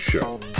show